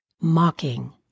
mocking